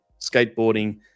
skateboarding